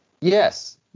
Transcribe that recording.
Yes